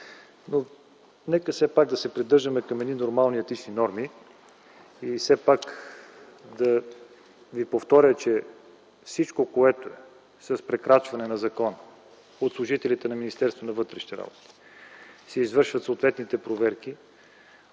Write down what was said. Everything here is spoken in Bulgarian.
Но нека все пак да се придържаме към едни нормални етични норми и все пак да ви повторя, че по всичко, което е прекрачване на закона от служители на Министерството на вътрешните работи, се извършват съответните проверки